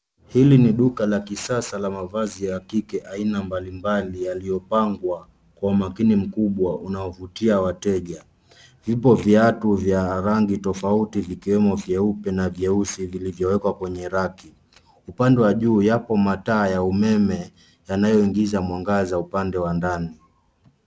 Hili ni duka la kisasa la mavazi ya kike aina mbalimbali yaliyopangwa kwa umakini mkubwa unaovutia wateja. Vipo viatu vya rangi tofauti vikiwemo vyeupe na vyeusi vilivyowekwa kwenye raki. Upande wa juu yapo mataa ya umeme yanayoingiza mwangaza upande wa ndani.